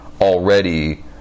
already